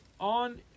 On